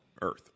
earth